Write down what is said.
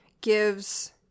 gives